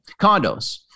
Condos